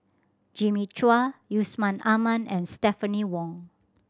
Jimmy Chua Yusman Aman and Stephanie Wong